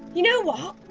you know what,